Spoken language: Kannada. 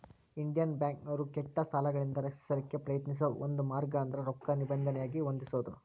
ಇಂಡಿಯನ್ ಬ್ಯಾಂಕ್ನೋರು ಕೆಟ್ಟ ಸಾಲಗಳಿಂದ ರಕ್ಷಿಸಲಿಕ್ಕೆ ಪ್ರಯತ್ನಿಸೋ ಒಂದ ಮಾರ್ಗ ಅಂದ್ರ ರೊಕ್ಕಾ ನಿಬಂಧನೆಯಾಗಿ ಹೊಂದಿಸೊದು